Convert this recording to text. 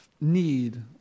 need